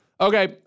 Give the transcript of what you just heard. Okay